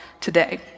today